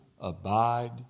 abide